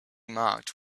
marked